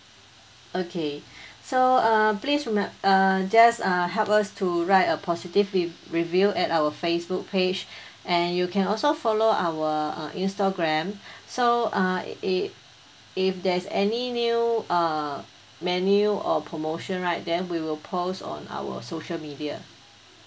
okay so uh please rember~ uh just uh help us to write a positive re~ review at our Facebook page and you can also follow our uh Instagram so uh i~ i~ if there's any new uh menu or promotion right then we will post on our social media